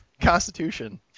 constitution